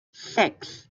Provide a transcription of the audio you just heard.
six